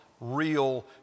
real